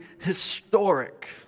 historic